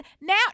now